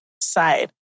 side